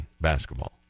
basketball